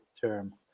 term